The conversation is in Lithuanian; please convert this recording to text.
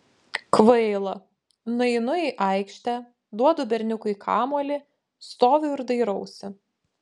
kvaila nueinu į aikštę duodu berniukui kamuolį stoviu ir dairausi